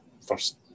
first